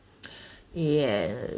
yes